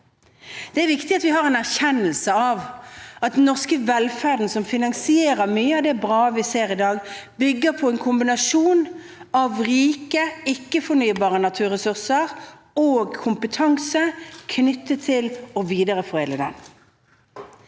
Det er viktig at vi har en erkjennelse av at den norske velferden, som finansierer mye av det bra vi ser i dag, bygger på en kombinasjon av rike, ikke-fornybare naturressurser og kompetanse knyttet til å videreforedle dem.